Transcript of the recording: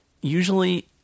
usually